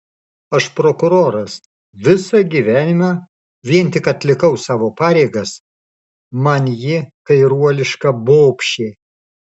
aš prokuroras visą gyvenimą vien tik atlikau savo pareigas man ji kairuoliška bobšė